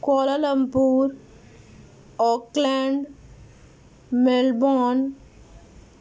Cola Lumpur Auckland Melbourne